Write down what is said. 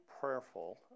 prayerful